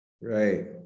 Right